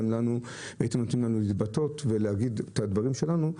לתת לנו להתבטא ולהגיד את הדברים שלנו,